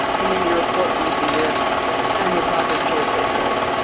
and then you report once a year on your progress towards those goals.